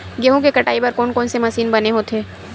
गेहूं के कटाई बर कोन कोन से मशीन बने होथे?